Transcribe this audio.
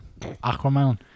Aquaman